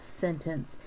sentence